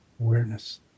awareness